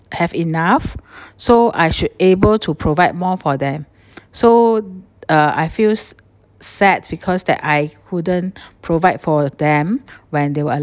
have enough so I should able to provide more for them so uh I feels sad because that I couldn't provide for them when they were uh